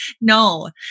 no